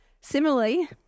Similarly